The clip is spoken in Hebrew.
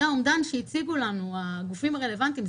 זה האומדן שהציגו לנו הגופים הרלוונטיים.